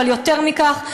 אבל יותר מכך,